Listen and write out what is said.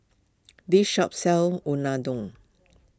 this shop sells Unadon